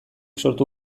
sortu